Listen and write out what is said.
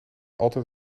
altijd